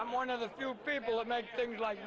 i'm one of the few things like